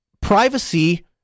privacy